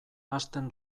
hasten